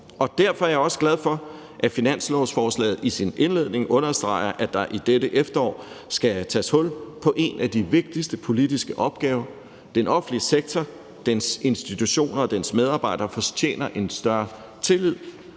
Derfor er jeg også glad for, at finanslovsforslaget i sin indledning understreger, at der i dette efterår skal tages hul på en af de vigtigste politiske opgaver. Den offentlige sektor, dens institutioner og dens medarbejdere fortjener en større tillid,